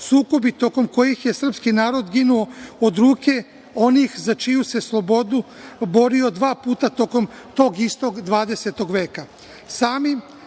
sukobi tokom kojih je srpski narod ginuo od ruke onih za čiju se slobodu borio dva puta tokom tog istog 20. veka.